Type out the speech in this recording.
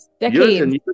Decades